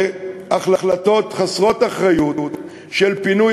להחלטות חסרות אחריות של פינוי,